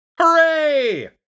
Hooray